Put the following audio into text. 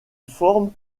forme